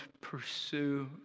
pursue